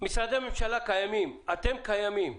משרדי ממשלה קיימים, אתם קיימים.